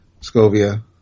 Scovia